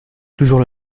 toujours